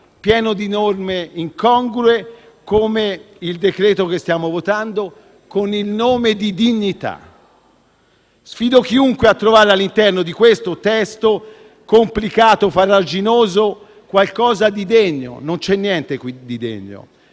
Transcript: pieno di norme incongrue come il decreto-legge che stiamo votando, con il termine «dignità». Sfido chiunque a trovare, all'interno di questo testo complicato e farraginoso, qualcosa di degno: non c'è niente di degno.